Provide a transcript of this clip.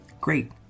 Great